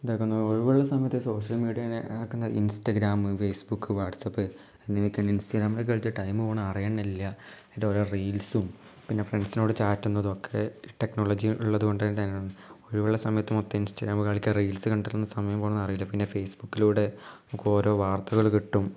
ഇതാക്കുന്നു ഒഴിവുള്ള സമയത്ത് സോഷ്യൽ മീഡ്യേനെ ആക്കുന്ന ഇൻസ്റ്റഗ്രാമ് ഫേസ്ബുക്ക് വാട്സപ്പ് എന്നിവക്കെയണ് ഇൻസ്റ്റഗ്രാമിലിക്കൽത്ത് ടൈംമ് പോണത് അറിയുന്നില്ല ഐൻ്റെ ഓരോ റീൽസ്സും പിന്നെ ഫ്രെണ്ട്സിനോട് ചാറ്റുന്നതൊക്കെ ടെക്നോളജി ഉള്ളതുകൊണ്ടു തന്നെയാണ് ഒഴിവുള്ള സമയത്ത് മൊത്തോം ഇൻസ്റ്റഗ്രാമ് കളിയ്ക്ക റീൽസ്സ് കണ്ടിരുന്ന് സമയം പോണതറിയില്ല പിന്നെ ഫേസ്ബുക്കിലൂടെ നമുക്കോരോ വർത്തകൾ കിട്ടും